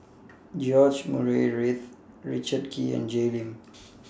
George Murray Reith Richard Kee and Jay Lim